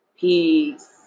Peace